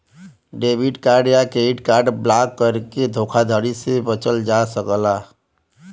debit card या credit card block करके धोखाधड़ी से बचल जा सकला